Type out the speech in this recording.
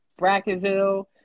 Brackenville